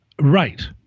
Right